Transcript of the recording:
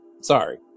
sorry